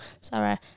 Sorry